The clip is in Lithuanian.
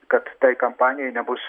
kad tai kampanijai nebus